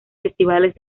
festivales